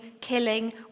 killing